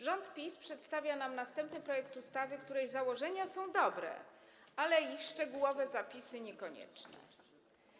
Rząd PiS przedstawia nam następny projekt ustawy, której założenia są dobre, ale ich szczegółowe zapisy - niekoniecznie.